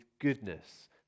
goodness